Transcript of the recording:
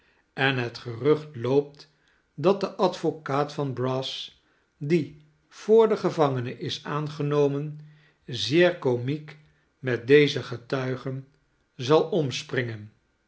en het gerucht loopt dat de advocaat van brass die voor de gevangene is aangenomen zeer komiek met deze getuigen zal omspringen